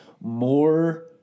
more